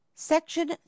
Section